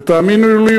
ותאמינו לי,